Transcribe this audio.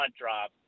drop